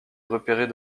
repérés